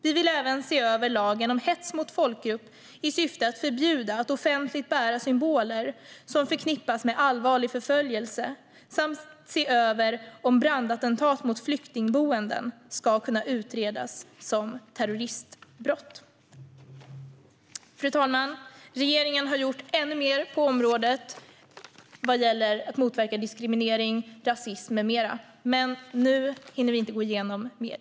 Vi vill även se över lagen om hets mot folkgrupp i syfte att förbjuda att offentligt bära symboler som förknippas med allvarlig förföljelse samt se över om brandattentat mot flyktingboenden ska kunna utredas som terroristbrott. Fru talman! Regeringen har gjort ännu mer när det gäller att motverka diskriminering, rasism med mera, men nu hinner vi inte gå igenom mer.